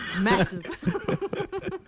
Massive